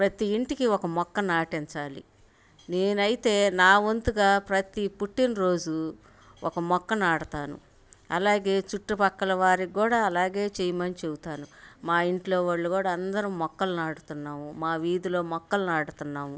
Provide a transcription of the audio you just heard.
ప్రతీ ఇంటికి ఒక మొక్క నటించాలి నేనైతే నా వంతుగా ప్రతీ పుట్టినరోజు ఒక మొక్క నాటుతాను అలాగే చుట్టుపక్కల వారికి కూడా అలాగే చేయమని చెపుతాను మా ఇంట్లో వాళ్ళు కూడా అందరూ మొక్కలు నాటుతున్నాం మా వీధులో మొక్కలు నాటుతున్నాం